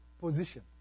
position